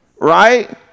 Right